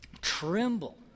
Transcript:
tremble